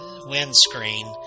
windscreen